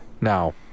Now